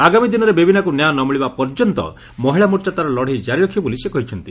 ଆଗାମୀ ଦିନରେ ବେବିନାକୁ ନ୍ୟାୟ ନ ମିଳିବା ପର୍ଯ୍ୟନ୍ତ ମହିଳା ମୋର୍ଚା ତାର ଲଡେଇ ଜାରି ରଖ ବୋଲି ସେ କହିଛନ୍ତି